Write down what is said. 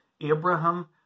Abraham